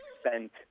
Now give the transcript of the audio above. spent